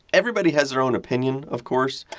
everybody has their own opinion, of course,